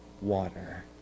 water